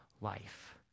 life